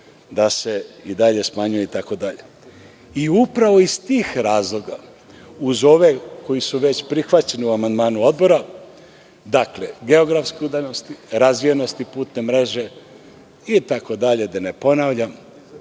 da se i dalje smanjuje itd. Upravo iz tih razloga, uz ove koji su već prihvaćeni u amandmanu Odbora, dakle, geografske udaljenosti, razvijenosti putne mreže, itd. da ne ponavljam,